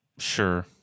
Sure